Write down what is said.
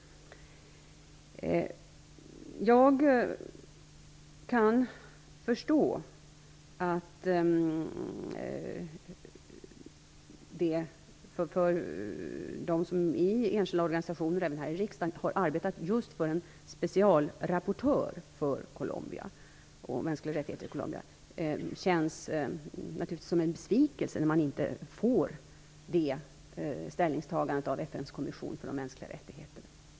Jag kan förstå att det för dem, även här i riksdagen, som i enskilda organisationer har arbetat just för en specialrapportör för Colombia om mänskliga rättigheter i Colombia känns som en besvikelse att man inte får det ställningstagandet från FN:s kommission för de mänskliga rättigheterna.